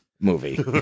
movie